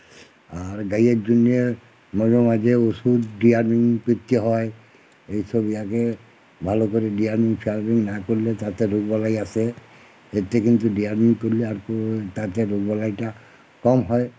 আর গাইয়ের জন্যে মাঝে মাঝে ওষুধ ডেয়ারিং করতে হয় এই সব ইয়াকে ভালো করে ডিওয়ার্মিং ফিওয়ার্মিং না করলে তাতে রোগ বালাই আসে এতে কিন্তু ডিওয়ার্মিং করলে আর কোনো তাতে রোগ বালাইটা কম হয়